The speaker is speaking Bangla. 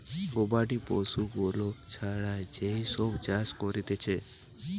গবাদি পশু গুলা ছাড়া যেই সব চাষ করা হতিছে